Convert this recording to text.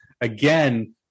again